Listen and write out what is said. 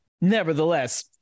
Nevertheless